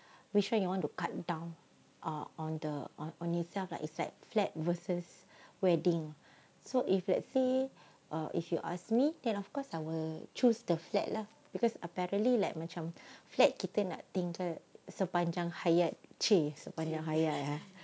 which one you want to cut down ah on the on on itself like it's like flat versus wedding so if let's say uh if you ask me then of course I will choose the flat lah because apparently like macam flat kita nak tinggal sepanjang hayat !chey! sepanjang hayat ah